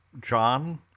john